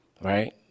right